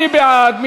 מי בעד?